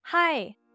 Hi